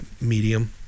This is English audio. medium